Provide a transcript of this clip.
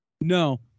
No